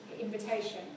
invitation